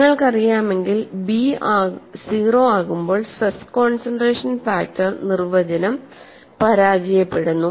നിങ്ങൾക്കറിയാമെങ്കിൽ ബി 0 ആകുമ്പോൾ stress concentration factor നിർവചനം പരാജയപ്പെടുന്നു